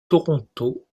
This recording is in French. toronto